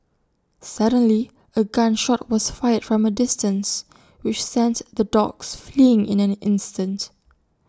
suddenly A gun shot was fired from A distance which sent the dogs fleeing in an instant